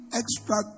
extra